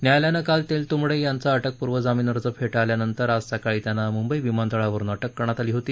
न्यायालयानं काल तेलतुंबडे यांचा अटकपूर्व जामीन अर्ज फेटाळल्यानंतर आज सकाळी त्यांना मुंबई विमानतळावरुन अटक करण्यात आली होती